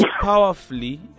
powerfully